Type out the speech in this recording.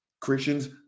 Christians